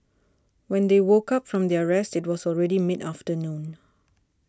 when they woke up from their rest it was already mid afternoon